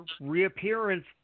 reappearance